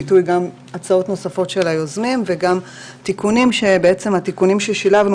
ביטוי גם הצעות נוספות של היוזמים וגם תיקונים שהתיקונים ששילבנו